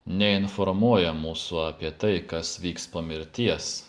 neinformuoja mūsų apie tai kas vyks po mirties